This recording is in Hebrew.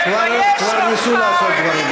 כבר ניסו לעשות דברים כאלה.